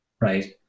Right